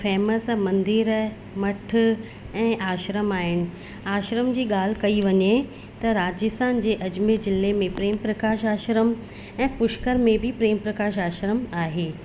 famous मंदिर मठ ऐं आश्रम आहिनि आश्रम जी ॻाल्हि कई वञे त राजस्थान जे अजमेर जिले में प्रेम प्रकाश आश्रम ऐं पुष्कर में बि प्रेम प्रकाश आश्रम आहे